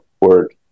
word